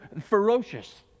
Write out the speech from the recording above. ferocious